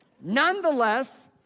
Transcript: Nonetheless